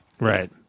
right